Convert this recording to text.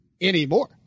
anymore